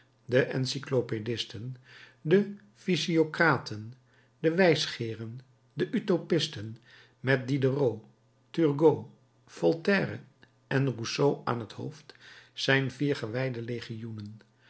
de encyclopedisten de physiocraten de wijsgeeren de utopisten met diderot turgot voltaire en rousseau aan het hoofd zijn vier gewijde